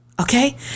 okay